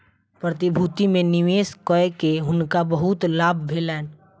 प्रतिभूति में निवेश कय के हुनका बहुत लाभ भेलैन